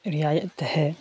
رعایت ہے